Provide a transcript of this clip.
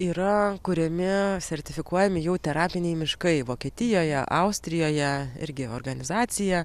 yra kuriami sertifikuojami jau terapiniai miškai vokietijoje austrijoje irgi organizacija